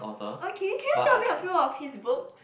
okay can you tell me a few of his books